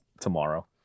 tomorrow